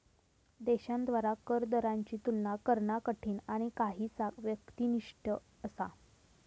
देशांद्वारा कर दरांची तुलना करणा कठीण आणि काहीसा व्यक्तिनिष्ठ असा